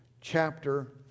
chapter